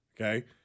okay